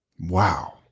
Wow